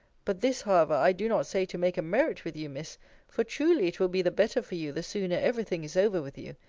but this, however, i do not say to make a merit with you, miss for, truly, it will be the better for you the sooner every thing is over with you.